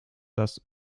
das